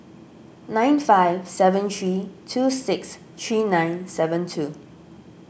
nine five seven three two six three nine seven two